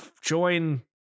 join